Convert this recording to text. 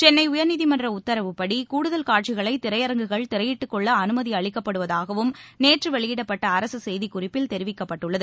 சென்னை உயர்நீதிமன்ற உத்தரவுப்படி கூடுதல் காட்சிகளை திரையரங்குகள் திரையிட்டுக் கொள்ள அலுமதி அளிக்கப்படுவதாகவும் நேற்று வெளியிடப்பட்டுள்ள செய்திக்குறிப்பில் தெரிவிக்கப்பட்டுள்ளது